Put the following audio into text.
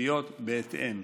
תקציביות בהתאם.